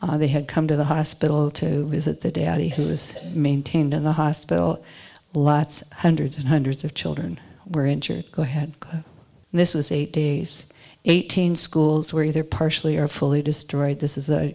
him they had come to the hospital to visit the daddy who has maintained in the hospital lots hundreds and hundreds of children were injured go ahead this was eight days eighteen schools where they're partially or fully destroyed this is the